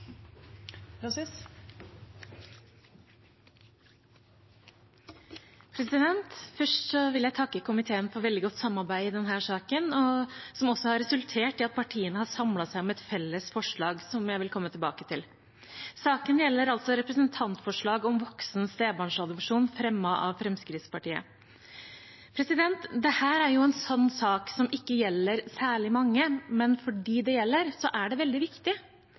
minutter. Først vil jeg takke komiteen for veldig godt samarbeid i denne saken, som også har resultert i at partiene har samlet seg om et felles forslag, som jeg vil komme tilbake til. Saken gjelder et representantforslag om voksen stebarnsadopsjon, fremmet av Fremskrittspartiet. Dette er jo en sak som ikke gjelder særlig mange, men for dem det gjelder, er det veldig viktig.